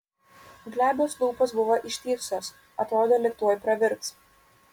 glebios lūpos buvo ištįsusios atrodė lyg tuoj pravirks